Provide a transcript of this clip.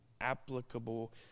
applicable